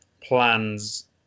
plans